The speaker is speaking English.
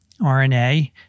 RNA